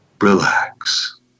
relax